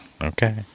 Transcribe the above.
okay